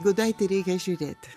gudaitį reikia žiūrėti